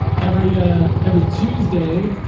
every, ah every tuesday,